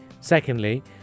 Secondly